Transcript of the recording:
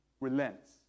Relents